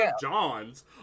John's